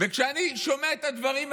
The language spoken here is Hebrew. כשאני שומע את הדברים האלה,